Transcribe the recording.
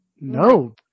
No